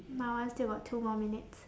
my one still got two more minutes